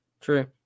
True